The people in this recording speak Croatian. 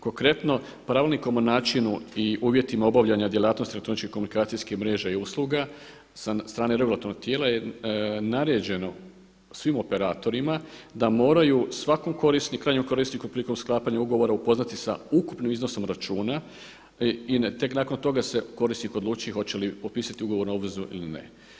Konkretno pravilnikom o načinu i uvjetima obavljanja djelatnosti elektroničkih komunikacijskih mreža i usluga sa strane regulatornih tijela je naređeno svim operatorima da moraju svakom krajnjem korisniku prilikom sklapanja ugovora upoznati sa ukupnim iznosom računa i tek nakon toga se korisnik odlučuje hoće li potpisati ugovornu obvezu ili ne.